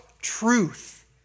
truth